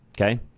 Okay